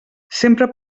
sempre